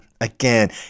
again